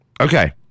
Okay